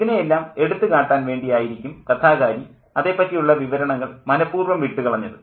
ഇതിനെയെല്ലാം എടുത്തു കാട്ടാൻ വേണ്ടി ആയിരിക്കും കഥാകാരി അതേപ്പറ്റിയുള്ള വിവരണങ്ങൾ മനഃപൂർവം വിട്ടുകളഞ്ഞത്